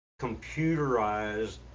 computerized